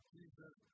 Jesus